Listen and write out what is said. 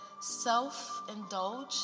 self-indulge